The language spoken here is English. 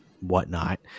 whatnot